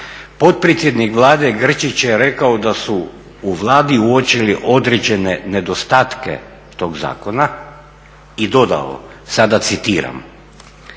potpredsjednik Vlade Grčić je rekao da su u Vladi uočili određene nedostatke tog zakona i dodao, sada citiram: